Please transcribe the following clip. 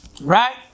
right